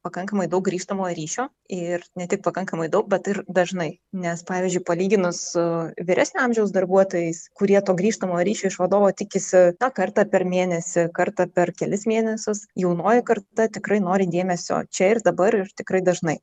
pakankamai daug grįžtamojo ryšio ir ne tik pakankamai daug bet ir dažnai nes pavyzdžiui palyginus su vyresnio amžiaus darbuotojais kurie to grįžtamojo ryšio iš vadovo tikisi na kartą per mėnesį kartą per kelis mėnesius jaunoji karta tikrai nori dėmesio čia ir dabar ir tikrai dažnai